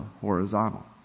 horizontal